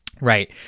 right